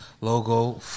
logo